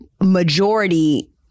majority